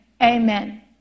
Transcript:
Amen